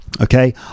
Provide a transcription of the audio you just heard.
okay